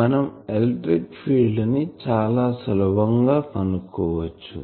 మనం electric field ని చాలా సులభంగా కనుక్కోవచ్చు